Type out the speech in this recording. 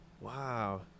Wow